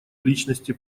личности